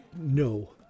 No